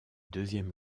deuxième